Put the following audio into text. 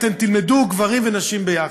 אתם תלמדו גברים ונשים ביחד.